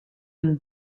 een